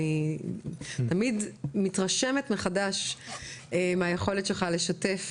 אני תמיד מתרשמת מחדש מהיכולת שלך לשתף